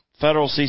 Federal